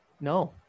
No